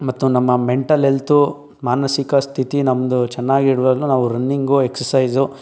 ಮತ್ತು ನಮ್ಮ mental health ಮಾನಸಿಕ ಸ್ಥಿತಿ ನಮ್ಮದು ಚೆನ್ನಾಗಿಡಲು ನಾವು ರನ್ನಿಂಗೂ ಎಕ್ಸಸೈಸು